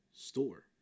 store